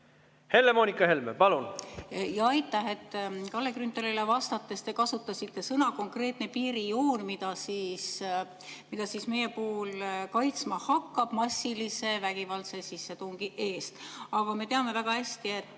Helle-Moonika Helme, palun! Aitäh! Kalle Grünthalile vastates te kasutasite sõnu "konkreetne piirijoon", mida siis meie puhul hakatakse kaitsma massilise vägivaldse sissetungi eest. Aga me teame väga hästi, et